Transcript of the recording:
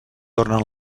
tornen